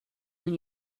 when